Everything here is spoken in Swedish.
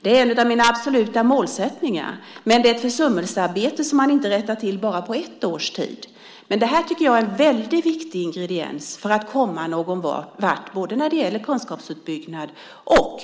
Det är en av mina absoluta målsättningar, men det är ett försummelsearbete som man inte rättar till bara på ett års tid. Jag tycker att detta är en väldigt viktig ingrediens för att komma någonvart både när det gäller kunskapsuppbyggnad och